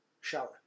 shower